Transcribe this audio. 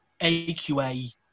AQA